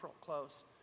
close